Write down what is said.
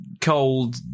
cold